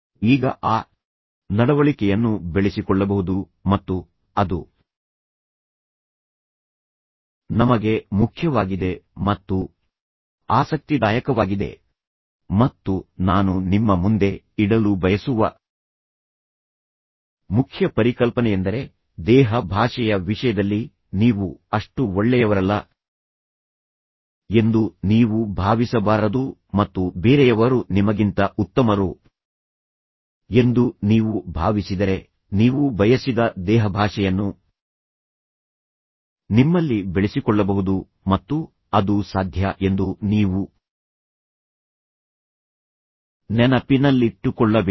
ಈಗ ಆ ನಡವಳಿಕೆಯನ್ನು ಬೆಳೆಸಿಕೊಳ್ಳಬಹುದು ಮತ್ತು ಅದು ನಮಗೆ ಮುಖ್ಯವಾಗಿದೆ ಮತ್ತು ಆಸಕ್ತಿದಾಯಕವಾಗಿದೆ ಮತ್ತು ನಾನು ನಿಮ್ಮ ಮುಂದೆ ಇಡಲು ಬಯಸುವ ಮುಖ್ಯ ಪರಿಕಲ್ಪನೆಯೆಂದರೆ ದೇಹ ಭಾಷೆಯ ವಿಷಯದಲ್ಲಿ ನೀವು ಅಷ್ಟು ಒಳ್ಳೆಯವರಲ್ಲ ಎಂದು ನೀವು ಭಾವಿಸಬಾರದು ಮತ್ತು ಬೇರೆಯವರು ನಿಮಗಿಂತ ಉತ್ತಮರು ಎಂದು ನೀವು ಭಾವಿಸಿದರೆ ನೀವು ಬಯಸಿದ ದೇಹಭಾಷೆಯನ್ನು ನಿಮ್ಮಲ್ಲಿ ಬೆಳೆಸಿಕೊಳ್ಳಬಹುದು ಮತ್ತು ಅದು ಸಾಧ್ಯ ಎಂದು ನೀವು ನೆನಪಿನಲ್ಲಿಟ್ಟುಕೊಳ್ಳಬೇಕು